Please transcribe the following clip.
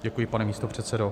Děkuji, pane místopředsedo.